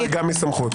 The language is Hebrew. חרגה מסמכות.